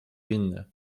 inny